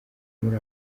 muri